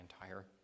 entire